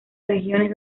regiones